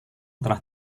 telah